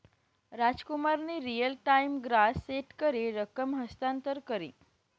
रामकुमारनी real time gross set करी रकम हस्तांतर करी